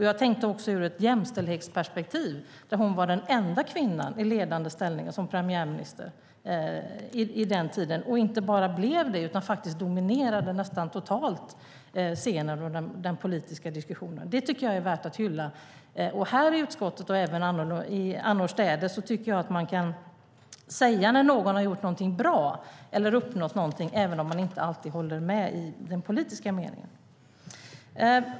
Jag tänkte också på det ur ett jämställdhetsperspektiv. Hon var den enda kvinnan i ledande ställning och som premiärminister på den tiden. Hon blev inte bara det, utan hon dominerade faktiskt nästan totalt scenen och den politiska diskussionen. Det tycker jag är värt att hylla. I utskottet och även annorstädes tycker jag att man kan säga när någon har gjort någonting bra eller uppnått någonting, även om man inte alltid håller med i den politiska meningen.